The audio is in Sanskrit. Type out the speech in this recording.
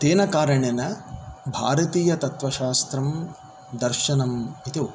तेन कारणेन भारतीयतत्त्वशास्त्रं दर्शनम् इति उक्तं